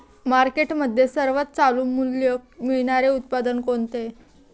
मार्केटमध्ये सर्वात चालू मूल्य मिळणारे उत्पादन कोणते?